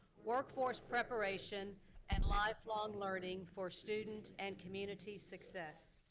workforce preparation and lifelong learning for student and community success.